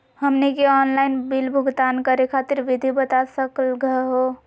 हमनी के online bill भुगतान करे खातीर विधि बता सकलघ हो?